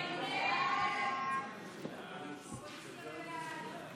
הסתייגות 31 לחלופין ו' לא נתקבלה.